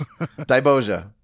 diboja